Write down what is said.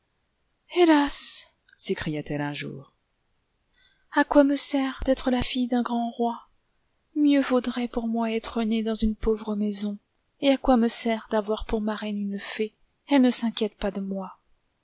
hélas s'écriait-elle un jour à quoi me sen d'être la fille d'un grand roi mieux vaudrait pour moi être née dans une pauvre maisjo et à quoi me sert d'avoir pour marraine une iée'l elle ne s'inquiète pas de moi